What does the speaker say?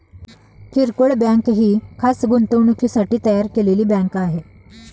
किरकोळ बँक ही खास गुंतवणुकीसाठी तयार केलेली बँक आहे